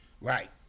Right